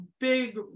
big